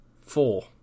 Four